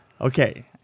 Okay